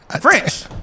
French